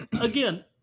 again